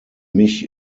mich